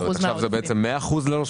עכשיו זה 100%?